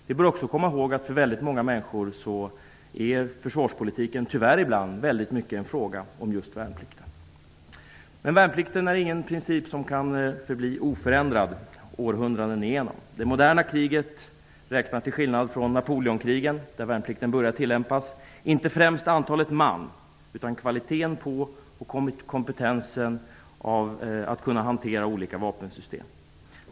Vi bör också komma ihåg att för väldigt många människor är försvarspolitiken ibland - tyvärr - väldigt mycket en fråga om just värnplikten. Men värnplikten är ingen princip som kan förbli oförändrad århundraden igenom. Till skillnad från Napoleonkrigen då värnplikten började tillämpas räknar det moderna kriget inte främst antalet mannar utan kvaliteten och kompetensen när det gäller att hantera olika vapensystem.